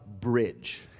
bridge